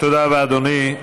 תודה רבה, אדוני.